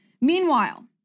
Meanwhile